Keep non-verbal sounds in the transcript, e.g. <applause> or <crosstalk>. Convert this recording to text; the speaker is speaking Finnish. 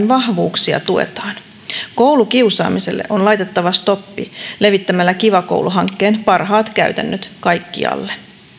<unintelligible> vahvuuksia tuetaan koulukiusaamiselle on laitettava stoppi levittämällä kiva koulu hankkeen parhaat käytännöt kaikkialle